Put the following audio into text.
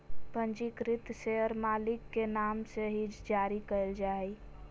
पंजीकृत शेयर मालिक के नाम से ही जारी क़इल जा हइ